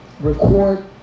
record